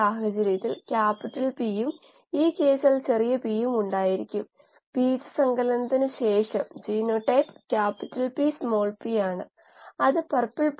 സാധാരണയായി കാണുന്നത് ജ്യാമിതീയ മാനദണ്ഡങ്ങൾ എന്നു വിളിക്കുന്ന തുല്യത പ്രവർത്തന പാരാമീറ്ററുകളുടെ തുല്യത എന്നിവയാണ്